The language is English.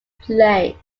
play